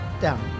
down